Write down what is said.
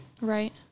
Right